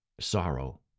sorrow